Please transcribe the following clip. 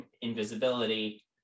invisibility